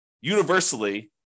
universally